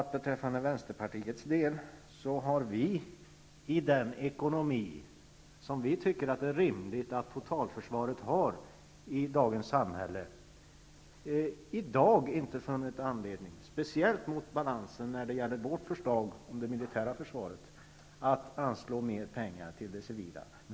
Med den ekonomi som vi i Vänsterpartiet tycker är rimlig för totalförsvaret i dagens samhälle, har vi inte funnit anledning att anslå mer pengar till det civila försvaret, speciellt balanserat mot vårt förslag avseende den militära delen.